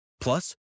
Plus